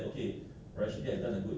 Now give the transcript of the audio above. that one that one consider fair ah